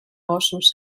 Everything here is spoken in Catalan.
gossos